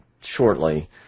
shortly